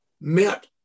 met